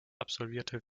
absolvierte